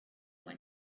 when